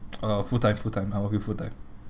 uh full time full time I working full time